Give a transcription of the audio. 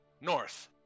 North